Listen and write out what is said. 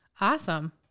Awesome